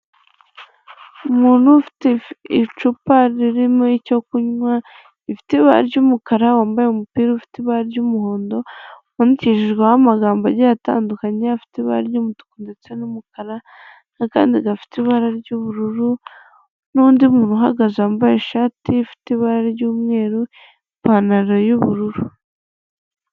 Umuntu ufite icupa ririmo icyo kunywa, rifite ibara ry'umukara wambaye umupira ufite ibara ry'umuhondo, wandikishijweho amagambo aryo atandukanye afite ibara ry'umutuku ndetse n'umukara, n'akandi gafite ibara ry'ubururu n'undi muntu uhagaze wambaye ishati ifite ibara ry'umweru ipantaro yubururu.